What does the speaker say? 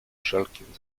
wszelkim